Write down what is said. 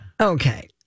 Okay